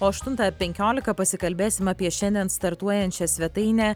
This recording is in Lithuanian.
o aštuntą penkiolika pasikalbėsim apie šiandien startuojančią svetainę